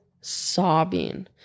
sobbing